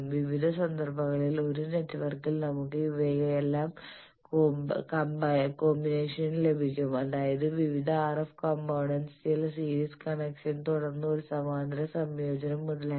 വിവിധ സന്ദർഭങ്ങളിൽ ഒരു നെറ്റ്വർക്കിൽ നമുക്ക് ഇവയുടെയെല്ലാം കോമ്പിനേഷൻ ലഭിക്കും അതായത് വിവിധ RF കമ്പോണേന്റ്സ് ചില സീരീസ് കണക്ഷനുകൾ തുടർന്ന് ഒരു സമാന്തര സംയോജനം മുതലായവ